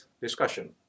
discussion